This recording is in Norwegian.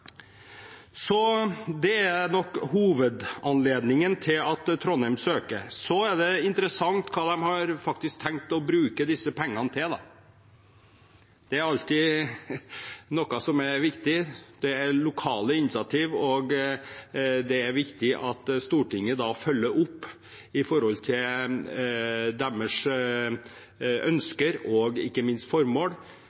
Så er det interessant hva de faktisk har tenkt å bruke disse pengene til – det er alltid noe som er viktig. Det er lokale initiativ, og det er viktig at Stortinget følger opp med tanke på deres